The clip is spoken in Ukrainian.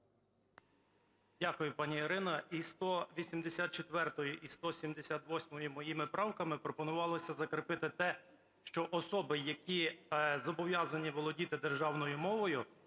Дякую, пані Ірино! І 184-ю, і 178-ю моїми правками пропонувалося закріпити те, що особи, які зобов'язані володіти державною мовою,